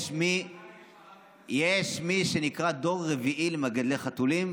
יש מי שנקרא "דור רביעי למגדלי חתולים".